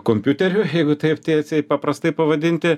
kompiuteriu jeigu taip tiesiai paprastai pavadinti